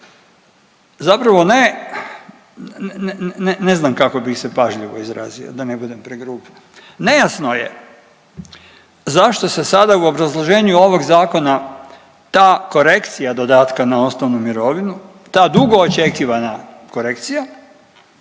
ne, ne, ne znam kako bi se pažljivo izrazio da ne budem pregrub. Nejasno je zašto se sada u obrazloženju ovog zakona ta korekcija dodatka na osnovnu mirovinu, ta dugo očekivana korekcija